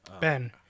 Ben